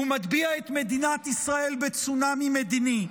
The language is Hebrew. ומטביע את מדינת ישראל בצונאמי מדיני.